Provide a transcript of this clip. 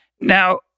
Now